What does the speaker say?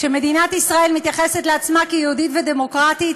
כשמדינת ישראל מתייחסת לעצמה כיהודית ודמוקרטית